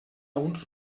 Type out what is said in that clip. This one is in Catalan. uns